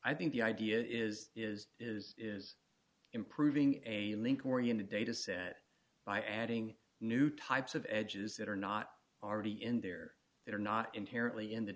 i think the idea is is is is improving and a link oriented data set by adding new types of edges that are not already in there that are not inherently